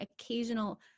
occasional